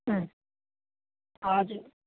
हजुर